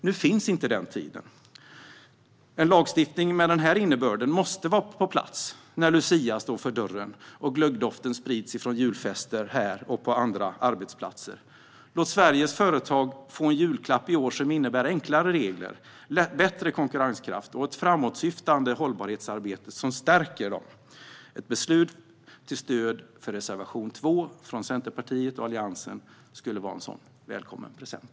Nu finns inte den tiden. En lagstiftning med den här innebörden måste vara på plats när Lucia står för dörren och glöggdoften sprids från julfester här och på andra arbetsplatser. Låt Sveriges företag få en julklapp i år som innebär enklare regler, bättre konkurrenskraft och ett framåtsyftande hållbarhetsarbete som stärker dem! Ett beslut till stöd för reservation 2 från Centerpartiet och Alliansen skulle vara en sådan välkommen present.